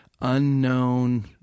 unknown